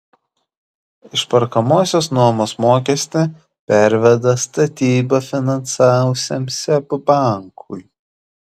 išperkamosios nuomos mokestį perveda statybą finansavusiam seb bankui